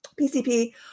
PCP